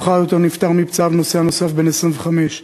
ומאוחר יותר נפטר מפצעיו נוסע נוסף בן 25,